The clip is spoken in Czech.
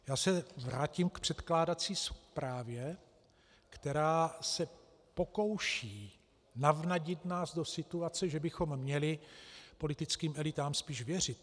Já se vrátím k předkládací zprávě, která se pokouší navnadit nás do situace, že bychom měli politickým elitám spíš věřit.